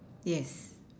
yes